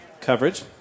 coverage